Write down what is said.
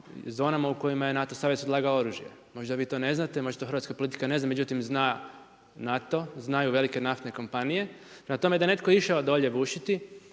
zonama u kojima je NATO savez odlagao oružje. Možda vi to ne znate, možda to hrvatska politika ne zna, međutim zna NATO, znaju velike naftne kompanije. Prema tome, da je netko išao dolje bušiti,